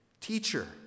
Teacher